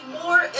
more